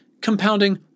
compounding